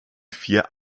vier